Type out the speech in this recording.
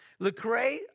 Lecrae